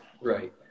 right